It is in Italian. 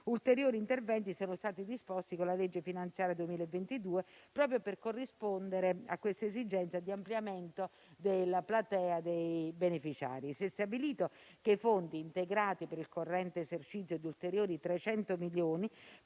ulteriori interventi sono stati disposti con la legge di bilancio 2022 per corrispondere a queste esigenze di ampliamento della platea dei beneficiari. Si è stabilito che i fondi, integrati per il corrente esercizio di ulteriori 300 milioni,